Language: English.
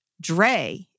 Dre